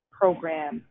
program